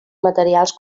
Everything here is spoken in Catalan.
materials